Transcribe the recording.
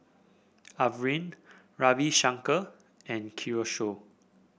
Arvind Ravi Shankar and Kishore